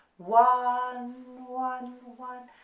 one, one, one,